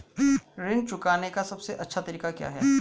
ऋण चुकाने का सबसे अच्छा तरीका क्या है?